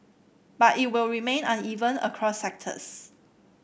but it will remain uneven across sectors